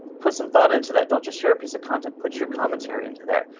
put some thought into that. don't just share a piece of content. put your commentary into there,